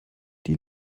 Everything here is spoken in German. die